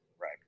right